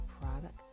product